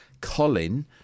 Colin